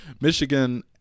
michigan